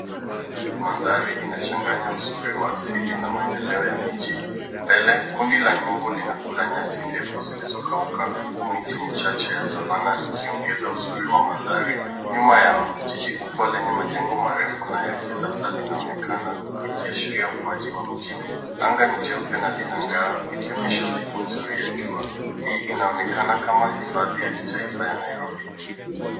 Mandhari inachanganya uzuri wa asili na maendeleo ya miji. Mbele kundi la nyumbu linakula nyasi ndefu zilizokauka huku miti michache ya savana ikiongeza uzuri wa mandhari. Nyuma yao jiji kubwa lenye majengo marefu na ya kisasa linaonekana likiashiria ukuaji wa mjini. Anga ni jeupe na linangaa likionyesha siku nzuri ya jua. Hii inaonekana kama hifadhi ya taifa ya Nairobi.